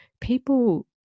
People